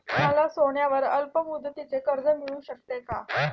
मला सोन्यावर अल्पमुदतीचे कर्ज मिळू शकेल का?